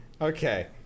Okay